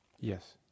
Yes